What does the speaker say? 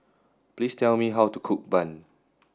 please tell me how to cook bun